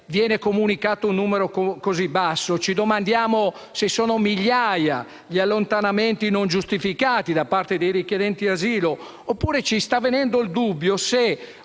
viene comunicato un numero così basso e ci domandiamo se sono migliaia gli allontanamenti non giustificati dei richiedenti asilo. Ci sta venendo il dubbio che